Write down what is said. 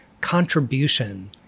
contribution